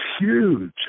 huge